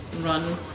run